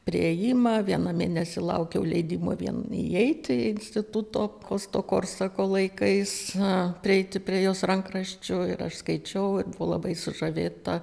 priėjimą vieną mėnesį leidimo vien įeiti į instituto kosto korsako laikais prieiti prie jos rankraščių ir aš skaičiau buvau labai sužavėta